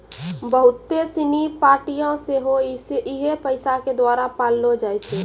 बहुते सिनी पार्टियां सेहो इहे पैसा के द्वारा पाललो जाय छै